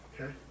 Okay